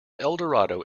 eldorado